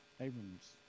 Abram's